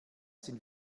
sind